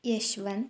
Yashwant